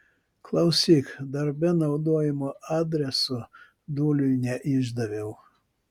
klausyk darbe naudojamo adreso dūliui neišdaviau